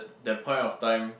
that point of time